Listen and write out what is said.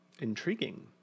intriguing